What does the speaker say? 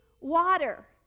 water